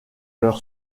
leur